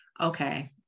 okay